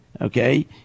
okay